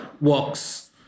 works